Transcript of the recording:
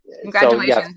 congratulations